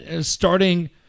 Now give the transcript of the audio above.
starting